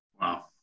Wow